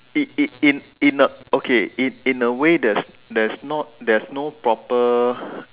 in in in in a okay in in a way there's there's not there's no proper